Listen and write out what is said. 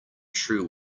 true